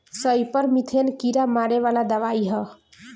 सईपर methane कीड़ा मारे वाला दवाई ह